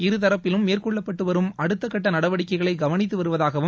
இருதரப்பிலும் மேற்கொள்ளப்பட்டு வரும் அடுத்த கட்ட நடவடிக்கைகளை கவனித்து வருவதாகவும்